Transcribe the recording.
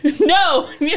No